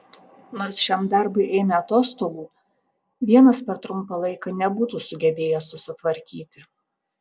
nors šiam darbui ėmė atostogų vienas per trumpą laiką nebūtų sugebėjęs susitvarkyti